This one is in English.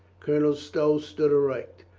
colonel stow stood erect.